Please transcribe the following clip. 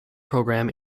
program